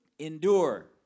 Endure